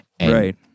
Right